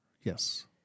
Yes